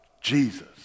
Jesus